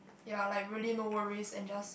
ya like really no worries and just